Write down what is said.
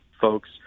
folks